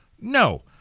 No